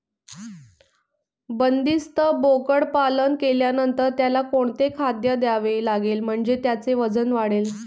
बंदिस्त बोकडपालन केल्यानंतर त्याला कोणते खाद्य द्यावे लागेल म्हणजे त्याचे वजन वाढेल?